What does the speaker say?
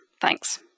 Thanks